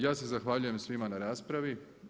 Ja se zahvaljujem svima na raspravi.